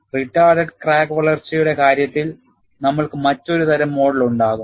retarded crack വളർച്ചയുടെ കാര്യത്തിൽ നമ്മൾക്കു മറ്റൊരു തരം മോഡൽ ഉണ്ടാകും